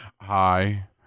hi